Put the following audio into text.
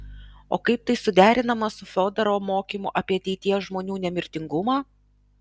o kaip tai suderinama su fiodorovo mokymu apie ateities žmonių nemirtingumą